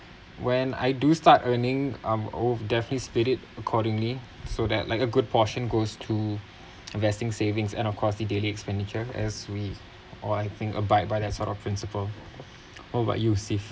when I do start earning I'm oh split it accordingly so that like a good portion goes to investing savings and across the daily expenditure as we or I think abide by that sort of principle of what you save